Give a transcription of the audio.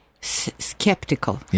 skeptical